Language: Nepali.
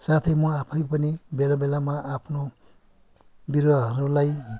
साथै म आफै पनि बेला बेलामा आफ्नो बिरुवाहरूलाई